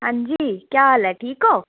अंजी केह् हाल ऐ ठीक ओ